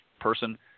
person